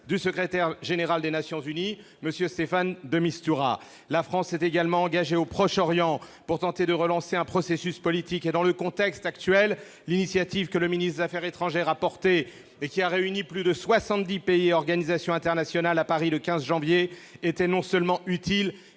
du secrétaire général des Nations unies, M. Staffan de Mistura. La France est également engagée au Proche-Orient pour tenter de relancer un processus politique. Dans le contexte actuel, l'initiative du ministre des affaires étrangères, qui a réuni plus de soixante-dix pays et organisations internationales à Paris, le 15 janvier, était non seulement utile,